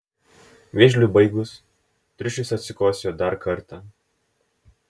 vėžliui baigus triušis atsikosėjo dar kartą